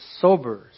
sober